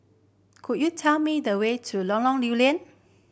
could you tell me the way to Lorong Lew Lian